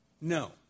No